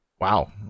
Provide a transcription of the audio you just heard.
Wow